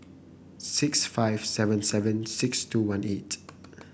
six five seven seven six two one eight